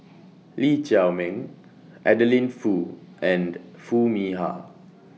Lee Chiaw Meng Adeline Foo and Foo Mee Har